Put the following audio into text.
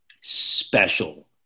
special